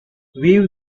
weave